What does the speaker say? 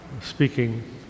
Speaking